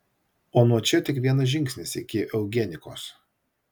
o nuo čia tik vienas žingsnis iki eugenikos